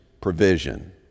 provision